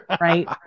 Right